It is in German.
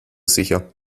sicher